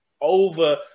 over